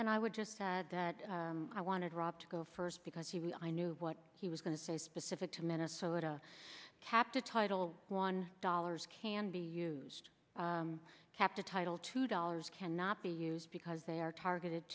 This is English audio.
and i would just said that i wanted rob to go first because he i knew what he was going to say specific to minnesota kept a title one dollars can be used kept a title two dollars cannot be used because they are targeted